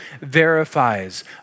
verifies